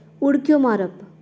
उडक्यो मारप